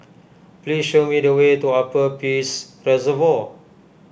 please show me the way to Upper Peirce Reservoir